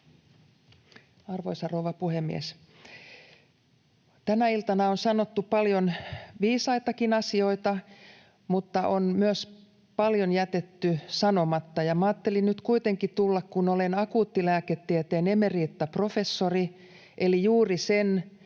Arvoisa rouva puhemies! Tänä iltana on sanottu paljon viisaitakin asioita, mutta on myös paljon jätetty sanomatta, ja minä ajattelin nyt kuitenkin tulla, kun olen akuuttilääketieteen emeritaprofessori, eli juuri sen